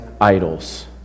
idols